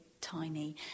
tiny